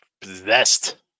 possessed